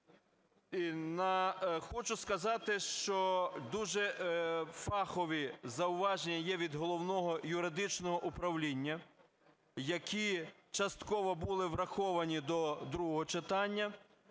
Хочу сказати, що дуже фахові зауваження є від Головного юридичного управління, які частково були враховані до другого читання,